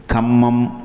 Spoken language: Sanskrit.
खम्मं